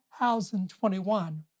2021